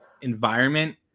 environment